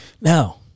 Now